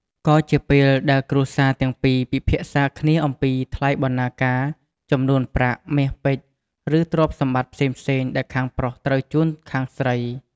ក៏ជាពេលដែលគ្រួសារទាំងពីរពិភាក្សាគ្នាអំពី ថ្លៃបណ្ណាការ ចំនួនប្រាក់ មាសពេជ្រ ឬទ្រព្យសម្បត្តិផ្សេងៗដែលខាងប្រុសត្រូវជូនខាងស្រី។